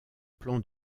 plan